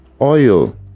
oil